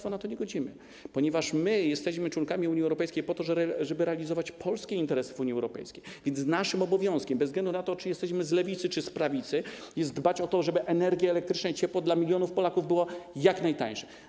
My się na to nie godzimy, ponieważ jesteśmy członkami Unii Europejskiej po to, żeby realizować polskie interesy w Unii Europejskiej, więc naszym obowiązkiem, bez względu na to, czy jesteśmy z lewicy, czy z prawicy, jest dbać o to, żeby energia elektryczna i ciepło dla milionów Polaków były jak najtańsze.